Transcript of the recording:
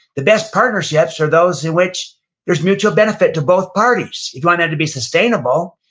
the best partnerships are those in which there's mutual benefit to both parties, if you want that to be sustainable.